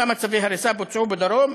כמה צווי הריסה בוצעו בדרום?